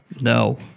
No